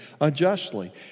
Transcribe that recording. unjustly